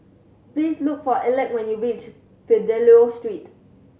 please look for Alek when you reach Fidelio Street